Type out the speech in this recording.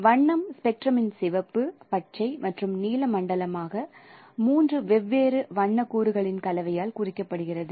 வண்ணம் ஸ்பெக்ட்ரமின் சிவப்பு பச்சை மற்றும் நீல மண்டலமாக மூன்று வெவ்வேறு வண்ண கூறுகளின் கலவையால் குறிக்கப்படுகிறது